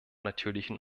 natürlichen